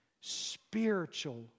spiritual